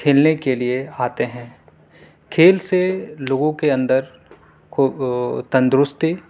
کھیلنے کے لیے آتے ہیں کھیل سے لوگوں کے اندر کو تندرستی